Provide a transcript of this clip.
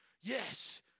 yes